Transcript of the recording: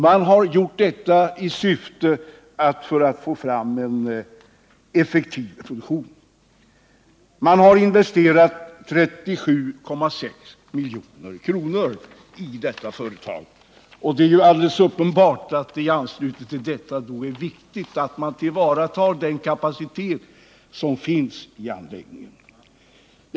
Man har under åren 1975-1978 investerat 37,6 milj.kr. i detta företag, och det är viktigt att man nu tillvaratar den kapacitet som finns i anläggningen.